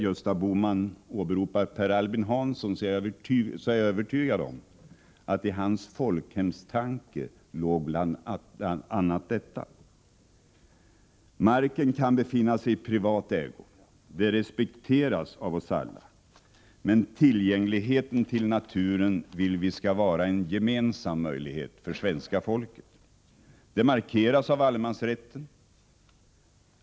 Gösta Bohman åberopade Per Albin Hansson —- jag är övertygad om att i Per Albins folkhemstanke låg bl.a. detta. Marken kan befinna sig i privat ägo. Det respekteras av oss alla. Men tillgängligheten till naturen vill vi skall vara en gemensam möjlighet för svenska folket. Det markeras av allemansrätten.